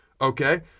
Okay